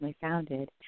founded